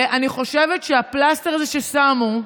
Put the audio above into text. אני חושבת שהפלסטר הזה ששמו,